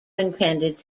intended